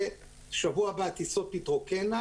שבשבוע הבא הטיסות תתרוקנה,